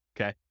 Okay